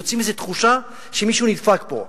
יוצרים איזו תחושה שמישהו נדפק פה.